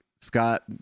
scott